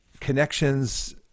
connections